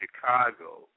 Chicago